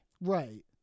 Right